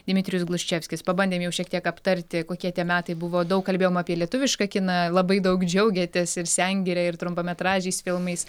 dmitrijus gluščevskis pabandėm jau šiek tiek aptarti kokie tie metai buvo daug kalbėjom apie lietuvišką kiną labai daug džiaugiatės ir sengire ir trumpametražiais filmais